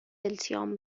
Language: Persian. التیام